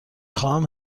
خواهم